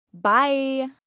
Bye